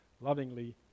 lovingly